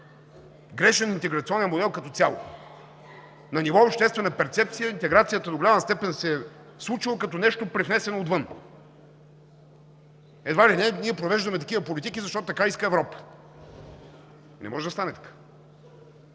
грешен интеграционен модел като цяло. На ниво обществена перцепция интеграцията до голяма степен се е случвала като нещо привнесено отвън. Едва ли не ние провеждаме такива политики, защото така иска Европа. Не може да стане така.